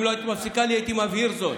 אם לא היית מפסיקה אותי, הייתי מבהיר זאת.